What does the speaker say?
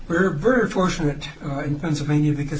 we're very fortunate in pennsylvania because